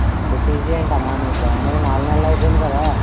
ఇప్పుడు టీసీ ఏంటి అమ్మా నువ్వు జాయిన్ అయ్యి నాలుగు నెలలు అయిపోయింది కదా